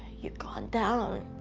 you've gone down